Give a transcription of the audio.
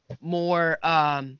more